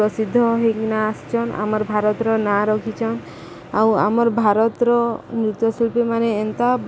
ପ୍ରସିଦ୍ଧ ହେଇକିନା ଆସିଛନ୍ ଆମର୍ ଭାରତର ନାଁ ରଖିଛନ୍ ଆଉ ଆମର୍ ଭାରତର ନୃତ୍ୟଶିଳ୍ପୀମାନେ ଏନ୍ତା